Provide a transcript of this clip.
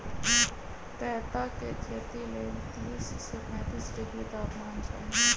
कैता के खेती लेल तीस से पैतिस डिग्री तापमान चाहि